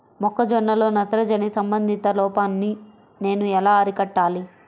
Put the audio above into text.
మొక్క జొన్నలో నత్రజని సంబంధిత లోపాన్ని నేను ఎలా అరికట్టాలి?